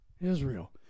Israel